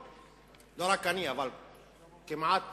אני, כמעט